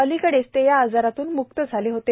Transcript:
अलिकडेच ते या आजारातून म्क्त झाले होते